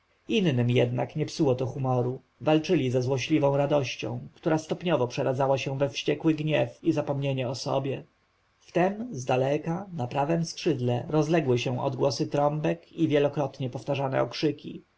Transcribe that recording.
innym jednak nie psuło to humoru walczyli ze złośliwą radością która stopniowo przeradzała się we wściekły gniew i zapomnienie o sobie wtem zdaleka na prawem skrzydle rozległy się głosy trąbek i wielokrotnie powtarzane okrzyki